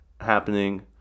happening